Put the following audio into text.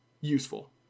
useful